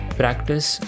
practice